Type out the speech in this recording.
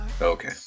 Okay